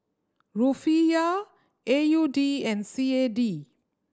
Rufiyaa A U D and C A D